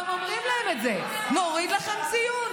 גם אומרים להם את זה: נוריד לכם ציון.